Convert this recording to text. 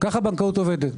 ככה בנקאות עובדת.